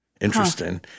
Interesting